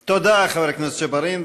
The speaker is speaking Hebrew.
תודה, חבר הכנסת ג'בארין.